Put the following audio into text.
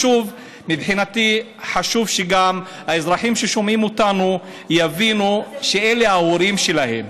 מבחינתי חשוב שגם האזרחים ששומעים אותנו יבינו שאלה ההורים שלהם,